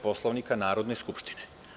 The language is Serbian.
Poslovnika Narodne skupštine.